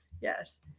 Yes